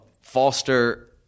Foster